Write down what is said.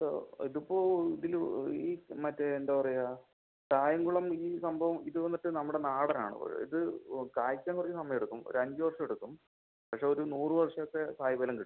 ഓ ഇത് ഇപ്പോൾ ഇതില് ഈ മറ്റെ എന്താ പറയുക കായംകുളം ഈ സംഭവം ഇത് വന്നിട്ട് നമ്മുടെ നാടൻ ആണ് ഇത് ഓ കായ്ക്കാൻ കുറച്ച് സമയം എടുക്കും ഒര് അഞ്ച് വർഷം എടുക്കും പക്ഷെ ഒര് നൂറ് വർഷത്തെ കായ് ബലം കിട്ടും